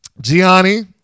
Gianni